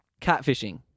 catfishing